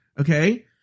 okay